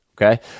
Okay